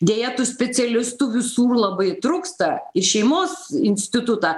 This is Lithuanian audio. deja tų specialistų visų labai trūksta ir šeimos institutą